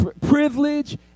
privilege